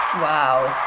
wow.